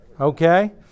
Okay